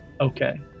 Okay